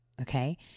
Okay